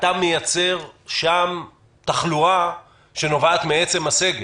אתה מייצר שם תחלואה שנובעת מעצם הסגר.